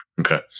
Okay